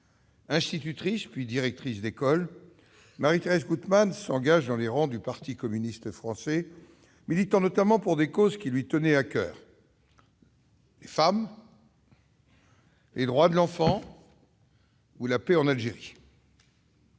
Institutrice puis directrice d'école, Marie-Thérèse Goutmann s'engage dans les rangs du parti communiste français, militant notamment pour des causes qui lui tenaient à coeur, telles que celles des femmes, des droits de l'enfant ou encore de la paix en Algérie.